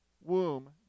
womb